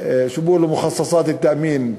שו בּיקולו מח'צצאת אל-תאמין?